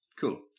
Cool